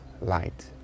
light